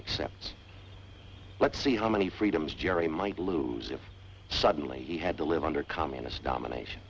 accept let's see how many freedoms jerry might lose if suddenly he had to live under communist domination